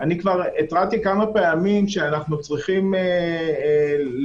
כבר התרעתי כמה פעמים שאנחנו צריכים להתייחס